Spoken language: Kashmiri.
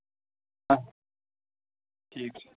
ٹھیٖک چھُ